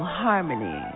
harmony